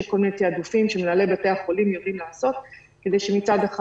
יש כל מיני תעדופים שמנהלי בתי החולים יודעים לעשות כדי שמצד אחד